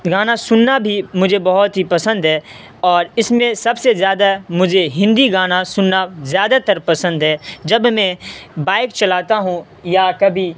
گانا سننا بھی مجھے بہت ہی پسند ہے اور اس میں سب سے زیادہ مجھے ہندی گانا سننا زیادہ تر پسند ہے جب میں بائک چلاتا ہوں یا کبھی